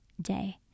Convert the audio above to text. day